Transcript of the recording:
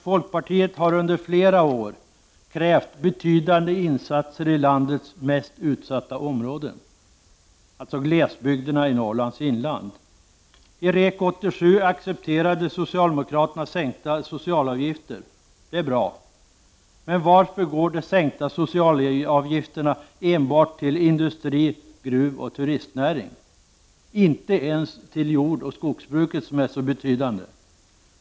Folkpartiet har under flera år krävt betydande insatser i landets mest utsatta områden, glesbygderna i Norrlands inland. I REK 87 accepterade socialdemokraterna sänkta socialavgifter. Detta är bra, men varför går de sänkta socialavgifterna enbart till industri, gruvoch turistnäring, inte ens till jordoch skogsbruket som är så betydande?